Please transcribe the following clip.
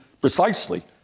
precisely